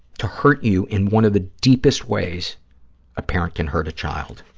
to hurt you in one of the deepest ways a parent can hurt a child.